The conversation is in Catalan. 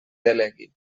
delegui